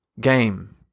Game